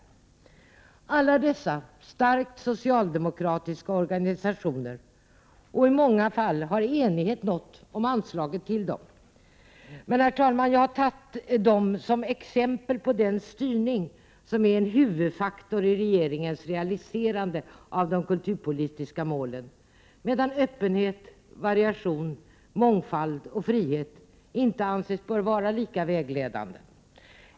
I många fall har enighet uppnåtts om anslaget till alla dessa starkt socialdemokratiska organisationer. Herr talman! Jag har tagit upp dessa exempel för att visa på den styrning som är en huvudfaktor i regeringens realiserande av de kulturpolitiska målen, medan öppenhet, variation, mångfald och frihet inte anses böra vara lika vägledande.